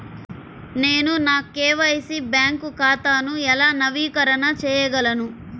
నేను నా KYC bank ఖాతాను ఎలా నవీకరణ చేయగలను?